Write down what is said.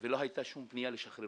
ולא היתה אף פנייה רשמית